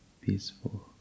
peaceful